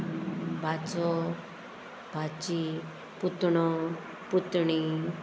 भाचो भाची पुतणो पुतणी